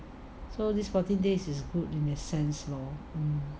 so this fourteen days is good in the sense lor